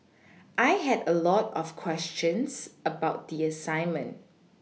I had a lot of questions about the assignment